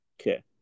Okay